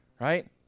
right